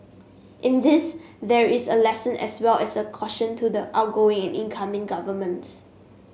in this there is a lesson as well as a caution to the outgoing incoming governments